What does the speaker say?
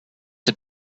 dem